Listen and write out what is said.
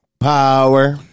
Power